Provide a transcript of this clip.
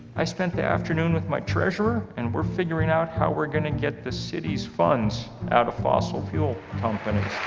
i spent the afternoon with my treasurer and we're figuring out how we're going to get the city's funds out of fossil fuel companies.